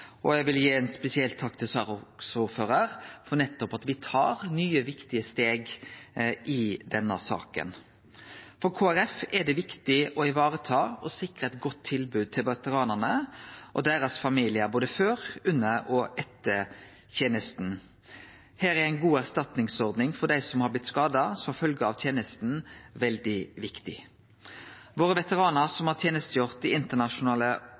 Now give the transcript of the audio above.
her. Eg vil gi ein spesiell takk til saksordføraren for at me tar nye og viktige steg i denne saka. For Kristeleg Folkeparti er det viktig å vareta og sikre eit godt tilbod til veteranane og deira familiar både før, under og etter tenesta. Her er ei god erstatningsordning for dei som har blitt skada som følgje av tenesta, veldig viktig. Våre veteranar som har tenestegjort i internasjonale